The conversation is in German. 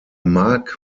mag